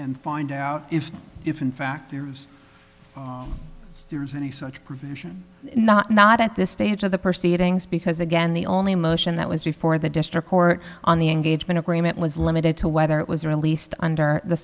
and find out if in fact there is any such provision not not at this stage of the proceed ings because again the only motion that was before the district court on the engagement agreement was limited to whether it was released under the